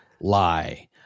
lie